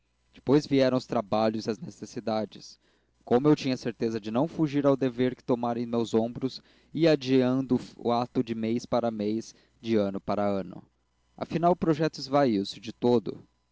depois vieram os trabalhos e as necessidades como eu tinha certeza de não fugir ao dever que tomara em meus ombros ia adiando o ato de mês para mês de ano para ano afinal o projeto esvaiu-se de todo